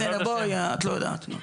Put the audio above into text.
בסדר, את לא יודעת.